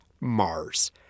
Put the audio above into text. Mars